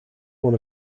one